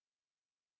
hello